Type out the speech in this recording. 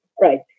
right